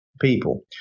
people